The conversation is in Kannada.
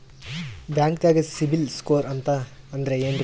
ಬ್ಯಾಂಕ್ದಾಗ ಸಿಬಿಲ್ ಸ್ಕೋರ್ ಅಂತ ಅಂದ್ರೆ ಏನ್ರೀ?